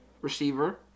receiver